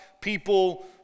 people